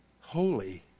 holy